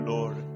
Lord